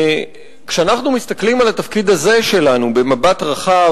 כשאנחנו מסתכלים על התפקיד הזה שלנו במבט רחב,